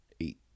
eight